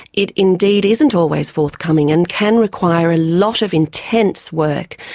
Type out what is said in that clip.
it indeed isn't always forthcoming, and can require a lot of intense work,